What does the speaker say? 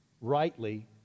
rightly